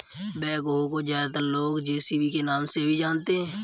backhoe को ज्यादातर लोग जे.सी.बी के नाम से भी जानते हैं